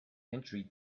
entry